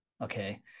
Okay